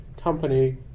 company